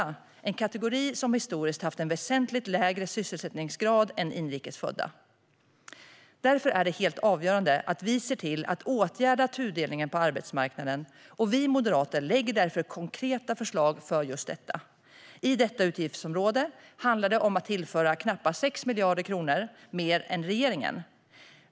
Det är en kategori som historiskt sett har haft en väsentligt lägre sysselsättningsgrad än inrikes födda. Det är därför helt avgörande att åtgärda tudelningen på arbetsmarknaden. Vi moderater lägger därför konkreta förslag för just det. I detta utgiftsområde handlar det om att tillföra knappa 6 miljarder kronor mer än regeringen.